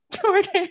Jordan